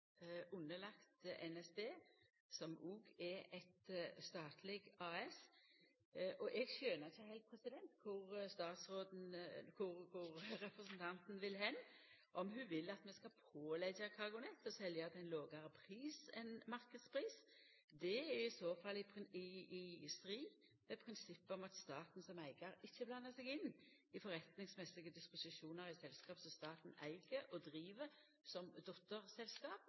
underlagt NSB, som òg er eit statleg AS, og eg skjønar ikkje heilt kor representanten vil – vil ho at vi skal påleggja CargoNet å selja til ein lågare pris enn marknadspris? Det er i så fall i strid med prinsippet om at staten som eigar ikkje blandar seg inn i forretningsmessige disposisjonar i selskap som staten eig og driv som dotterselskap.